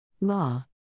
Law